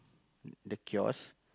the kiosk